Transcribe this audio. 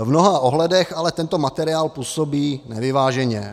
V mnoha ohledech ale tento materiál působí nevyváženě.